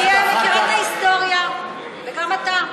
אני מכירה את ההיסטוריה, וגם אתה.